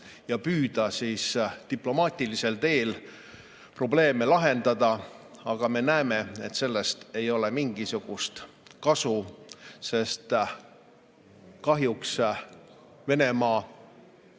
ja püüda diplomaatilisel teel probleeme lahendada. Aga me näeme, et sellest ei ole mingisugust kasu, sest kahjuks näeb Venemaa